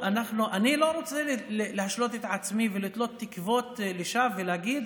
אני לא רוצה להשלות את עצמי ולתלות תקוות שווא ולהגיד: